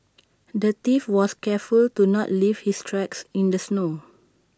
the thief was careful to not leave his tracks in the snow